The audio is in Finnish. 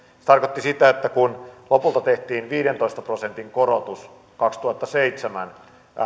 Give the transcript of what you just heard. se tarkoitti sitä että kun lopulta tehtiin viidentoista prosentin korotus vuoden kaksituhattaseitsemän